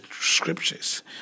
scriptures